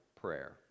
prayer